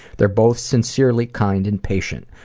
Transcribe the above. they're both sincerely kind and patient.